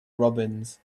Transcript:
robins